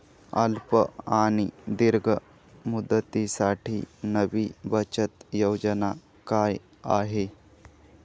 अल्प आणि दीर्घ मुदतीसाठी नवी बचत योजना काय आहे?